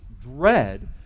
dread